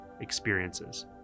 experiences